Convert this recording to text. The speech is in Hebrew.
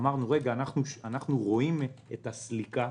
אמרנו שאנחנו רואים את הסליקה.